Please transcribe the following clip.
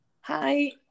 Hi